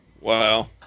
Wow